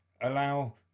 allow